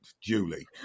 Julie